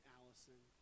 Allison